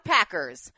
Packers